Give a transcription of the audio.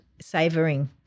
Savoring